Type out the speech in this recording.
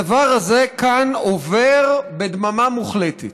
הדבר הזה כאן עובר בדממה מוחלטת.